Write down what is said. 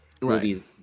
movies